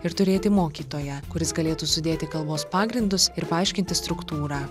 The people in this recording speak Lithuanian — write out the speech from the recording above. ir turėti mokytoją kuris galėtų sudėti kalbos pagrindus ir paaiškinti struktūrą